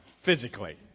physically